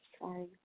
Sorry